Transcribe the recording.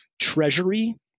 Treasury